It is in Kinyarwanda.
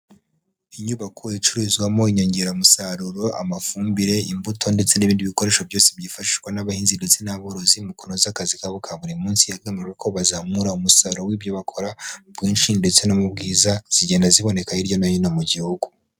Inyubako icuruzwamo inyongeramusaruro, amafumbire, imbuto ndetse n'ibindi bikoresho byose byifashishwa n'abahinzi, ndetse n'aborozi mu kunoza akazi kabo ka buri munsi, hagamijwe ko bazamura umusaruro w'ibyo bakora mu bwinshi, ndetse no mu bwiza, zigenda ziboneka hirya no hino mu gihugu.